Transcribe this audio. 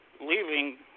leaving